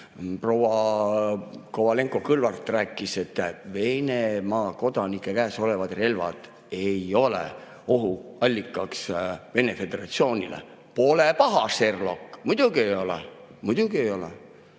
proua Kovalenko-Kõlvart rääkis, et Venemaa kodanike käes olevad relvad ei ole ohuallikaks Venemaa Föderatsioonile. Pole paha, Sherlock! Muidugi ei ole. Muidugi ei ole!